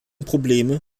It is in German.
probleme